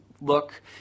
look